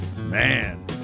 man